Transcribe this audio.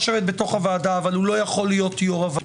לשבת בתוך הוועדה אבל הוא לא יכול להיות יו"ר הוועדה,